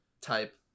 type